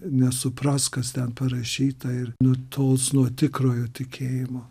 nesupras kas ten parašyta ir nutols nuo tikrojo tikėjimo